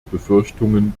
befürchtungen